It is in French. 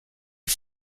les